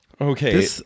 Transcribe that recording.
Okay